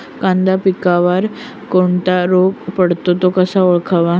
कांदा पिकावर कोणता रोग पडतो? तो कसा ओळखावा?